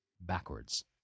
backwards